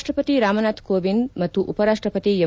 ರಾಷ್ಟ್ಪತಿ ರಾಮನಾಥ್ ಕೋವಿಂದ್ ಮತ್ತು ಉಪರಾಷ್ಟ್ಪತಿ ಎಂ